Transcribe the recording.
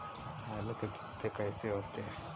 आलू के पौधे कैसे होते हैं?